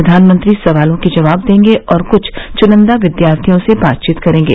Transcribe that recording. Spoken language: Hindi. प्रवानमंत्री सवालों के जवाब देंगे और कुछ चुनिंदा विद्यार्थियों से बातचीत करेंगे